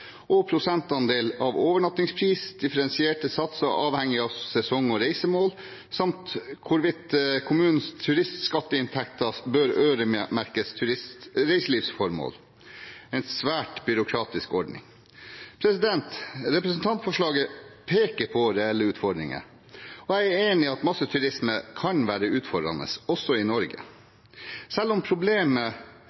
og prosentandel av overnattingspris, differensierte satser avhengig av sesong og reisemål, samt hvorvidt kommunenes turistskatteinntekter bør øremerkes reiselivsformål. Dette er en svært byråkratisk ordning. Representantforslaget peker på reelle utfordringer, og jeg er enig i at masseturisme kan være utfordrende også i Norge.